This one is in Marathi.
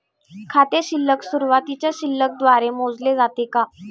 खाते शिल्लक सुरुवातीच्या शिल्लक द्वारे मोजले जाते का?